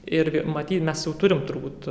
ir matyt mes jauturim turbūt